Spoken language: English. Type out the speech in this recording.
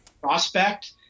prospect